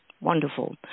Wonderful